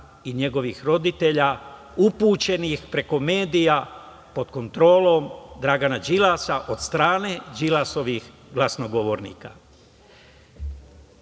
i njegovih roditelja, upućenih preko medija pod kontrolom Dragana Đilasa, od strane Đilasovih glasnogovornika.